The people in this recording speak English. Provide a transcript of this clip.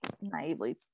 naively